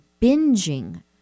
binging